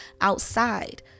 outside